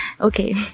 Okay